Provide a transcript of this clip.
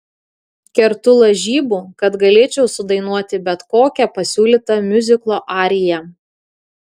kertu lažybų kad galėčiau sudainuoti bet kokią pasiūlytą miuziklo ariją